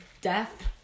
death